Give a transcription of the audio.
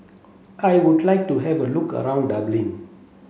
I would like to have a look around Dublin